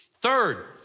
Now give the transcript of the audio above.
Third